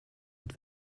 und